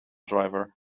driver